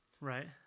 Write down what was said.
Right